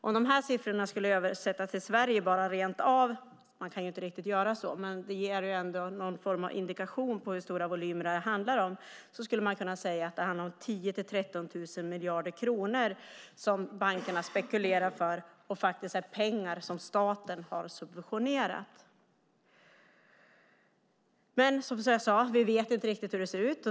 Om dessa siffror skulle överföras på Sverige - vilket man inte kan rakt av, men det ger en indikation på hur stora volymer det handlar om - rör det sig om 10 000 miljarder till 13 000 miljarder kronor som bankerna spekulerar för. Det är pengar som staten har subventionerat. Vi vet dock inte hur det ser ut.